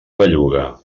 belluga